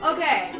Okay